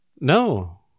No